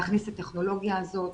להכניס את הטכנולוגיה הזאת,